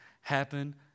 happen